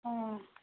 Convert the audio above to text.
ହଁ